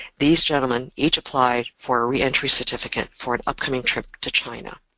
these gentlemen each applied for a re-entry certificate for an upcoming trip to china.